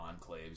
enclaves